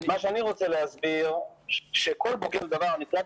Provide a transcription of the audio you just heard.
מה שאני רוצה להסביר שכל בוגר בסופו של דבר נקלט